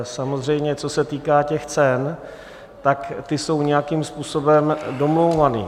Samozřejmě, co se týká těch cen, tak ty jsou nějakým způsobem domlouvány.